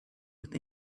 with